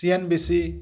ସିଆନ୍ Bishi